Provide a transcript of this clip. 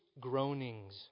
groanings